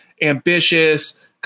ambitious